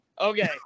Okay